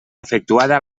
efectuada